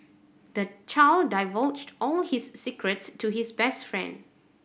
the child divulged all his secrets to his best friend